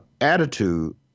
attitude